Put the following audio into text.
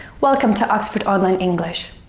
welcome to oxford online english!